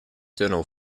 tunnel